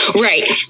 Right